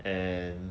and